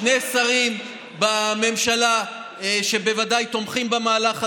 שני שרים בממשלה שבוודאי תומכים במהלך הזה,